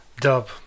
Dub